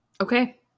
Okay